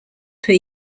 per